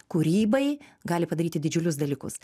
kūrybai gali padaryti didžiulius dalykus